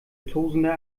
tosender